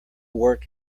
work